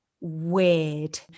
weird